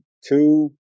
two